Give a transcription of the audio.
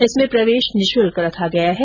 इसमें प्रवेश निःशुल्क रखा गया है